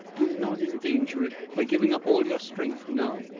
do not endanger it by giving up all your strength now.